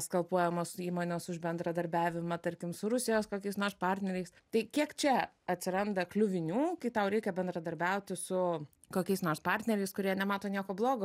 skalpuojamos įmonės už bendradarbiavimą tarkim su rusijos kokiais nors partneriais tai kiek čia atsiranda kliuvinių kai tau reikia bendradarbiauti su kokiais nors partneriais kurie nemato nieko blogo